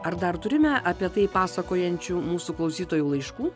ar dar turime apie tai pasakojančių mūsų klausytojų laiškų